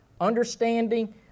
understanding